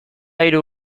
hiru